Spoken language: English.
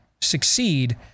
succeed